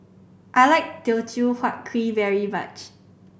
I like Teochew Huat Kuih very much